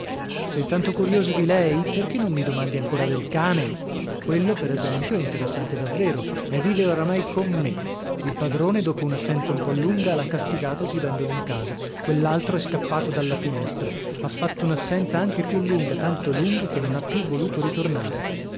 sei tanto curioso di lei perchè non mi domandi ancora del cane quello per esempio è interessante davvero e vive oramai con me il padrone dopo un'assenza un po lunga l'ha castigato chiudendolo in casa quell'altro è scappato dalla finestra ha fatto un'assenza anche più lunga tanto lunga che non ha più voluto ritornare